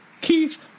Keith